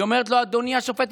היא אומרת לו: אדוני השופט,